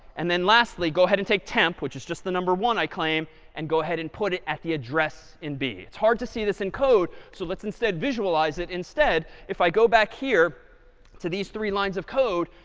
and then lastly, go ahead and take temp which is just the number one i claim and go ahead and put it at the address in b. it's hard to see this in code. so let's instead visualize it. instead, if i go back here to these three lines of code,